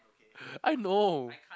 I know